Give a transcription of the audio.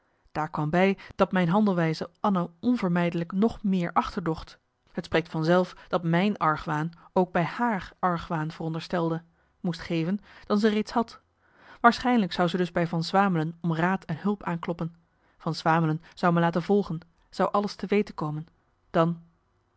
daar kwam bij dat mijn handelwijze anna onvermijdelijk nog meer achterdocht het spreekt van zelf dat mijn argwaan ook bij haar argwaan veronderstelde moest geven dan ze reeds had waarschijnlijk zou ze dus bij van swamelen om raad en hulp aankloppen van swamelen zou me laten volgen zou alles te weten komen dan